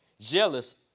jealous